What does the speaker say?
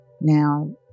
Now